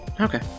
Okay